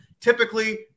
typically